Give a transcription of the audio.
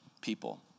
people